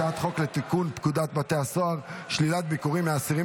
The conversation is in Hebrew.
הצעת חוק לתיקון פקודת בתי הסוהר (שלילת ביקורים מאסירים